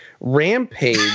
rampage